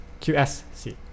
QSC